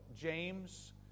James